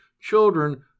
children